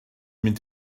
mynd